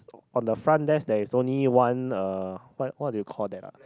on the front desk there is only one uh what what do you call that ah